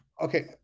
Okay